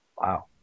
Wow